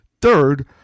Third